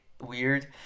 weird